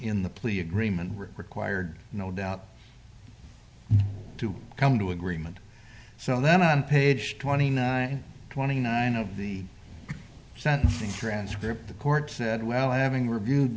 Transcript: in the plea agreement required no doubt to come to agreement so then on page twenty nine twenty nine of the sentencing transcript the court said well having reviewed